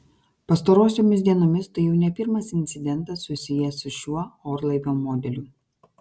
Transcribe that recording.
pastarosiomis dienomis tai jau ne pirmas incidentas susijęs su šiuo orlaivio modeliu